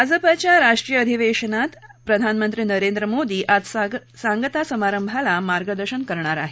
भाजपाच्या राष्ट्रीय अधिवेशानात प्रधानमंत्री नरेंद्र मोदी आज सांगता समारंभाला मार्गदर्शन करणार आहेत